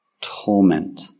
torment